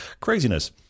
Craziness